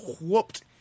whooped